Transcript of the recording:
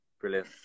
brilliant